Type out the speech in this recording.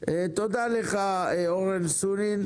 תודה לך אורן סונין.